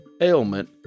ailment